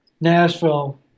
Nashville